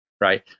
right